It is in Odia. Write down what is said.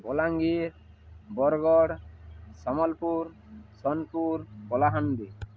ବଲାଙ୍ଗୀର ବରଗଡ଼ ସମ୍ବଲପୁର ସୋନପୁର କଲାହାଣ୍ଡି